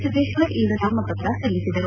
ಸಿದ್ದೇಶ್ವರ್ ಇಂದು ನಾಮಪತ್ರ ಸಲ್ಲಿಸಿದರು